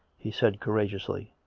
he said courageously.